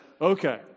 Okay